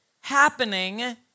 happening